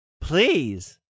Please